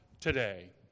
today